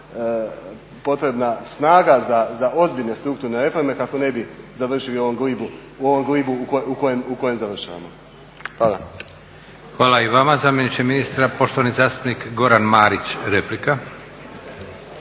potrebna snaga za ozbiljne strukturne reforme kako ne bi završili u ovom glibu u kojem završavamo. Hvala. **Leko, Josip (SDP)** Hvala i vama zamjeniče ministra. Poštovani zastupnik Goran Marić, replika.